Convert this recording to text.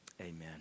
Amen